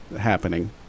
happening